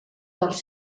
dels